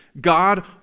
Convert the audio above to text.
God